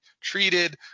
treated